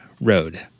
road